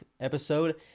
episode